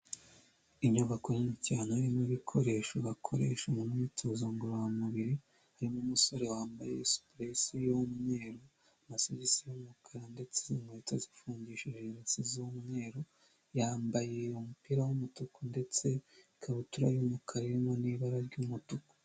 Inyubako irimo ibikoresho bakoresha mu myitozo ngororamubiri irimo umusore wambaye supurese y'umweru n’isogisi y'umukara ndetse n'inkweto zifungishije rasi z'umweru, yambaye umupira w'umutuku ndetse n’ikabutura y'umukara iri mu ibara ry'umutuku.